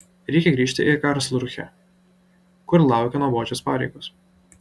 reikia grįžti į karlsrūhę kur laukia nuobodžios pareigos